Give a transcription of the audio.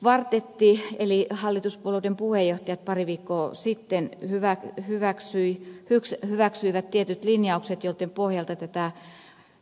kvartetti eli hallituspuolueiden puheenjohtajat pari viikkoa sitten hyväksyi tietyt linjaukset joitten pohjalta